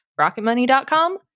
Rocketmoney.com